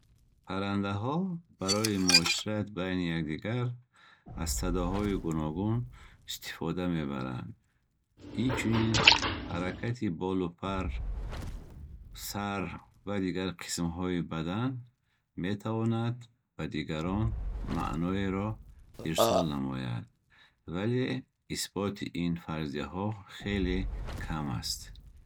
Паррандаҳо барои муошират байни якдигар аз садоҳои гуногун истифода мебаранд. Инчунин ҳаракати болу пар, сар ва дигар қисмҳои бадан метавонанд ба дигарон маъноеро ирсол намоянд. Вале исботи ин фарзияҳо хеле кам аст.